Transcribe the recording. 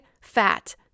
fat